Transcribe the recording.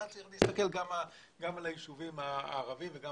ככה צריך להסתכל גם על היישובים הערביים וגם